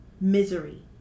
Misery